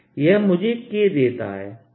यह मुझे K देता है